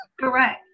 Correct